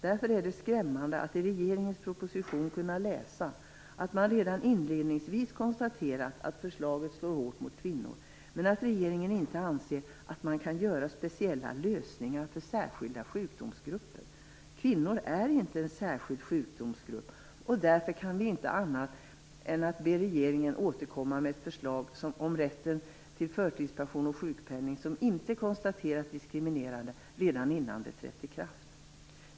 Därför är det skrämmande att i regeringens proposition kunna läsa att man redan inledningsvis konstaterat att förslaget slår hårt mot kvinnor men att regeringen inte anser att man kan åstadkomma speciella lösningar för "särskilda sjukdomsgrupper". Kvinnor är inte en särskild sjukdomsgrupp, och därför kan vi inte annat än be regeringen återkomma med ett förslag om rätten till förtidspension och sjukpenning som inte är konstaterat diskriminerande redan innan det trätt i kraft.